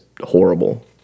horrible